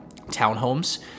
townhomes